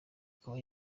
akaba